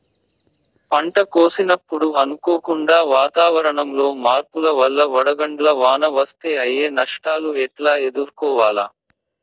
పంట కోసినప్పుడు అనుకోకుండా వాతావరణంలో మార్పుల వల్ల వడగండ్ల వాన వస్తే అయ్యే నష్టాలు ఎట్లా ఎదుర్కోవాలా?